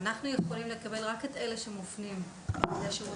אנחנו יכולים לקבל רק את אלה שמופנים אחרי ..